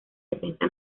defensa